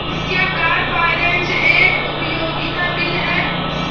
क्या car finance एक उपयोगिता बिल है?